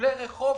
חתולי רחוב,